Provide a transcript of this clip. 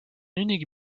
unique